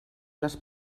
les